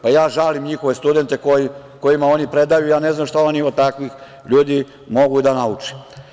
Pa ja žalim njihove studente kojima oni predaju, ja ne znam šta oni od takvih ljudi mogu da nauče.